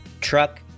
truck